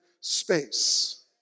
space